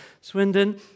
Swindon